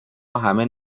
همه